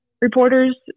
reporters